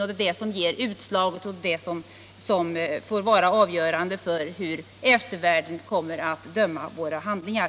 Det är det som ger utslaget och det är det som får vara avgörande för hur eftervärlden kommer att bedöma våra handlingar.